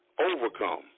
overcome